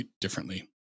differently